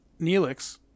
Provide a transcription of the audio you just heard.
Neelix